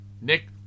Nick